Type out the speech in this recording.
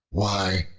why,